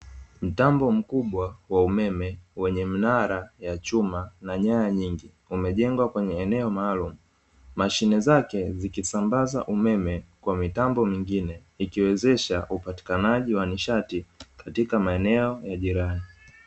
Mtambo mkubwa wa umeme, wenye mnara wa chuma na nyaya nyingi, umejengwa kwenye eneo maalumu, mashine zake zikisambaza umeme kwa mitambo mingine, ikiwezesha upatikanaji wa nishati katika maeneo ya jirani.